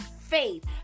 faith